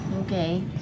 Okay